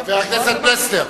חבר הכנסת פלסנר.